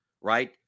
right